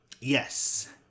Yes